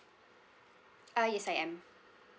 uh yes I am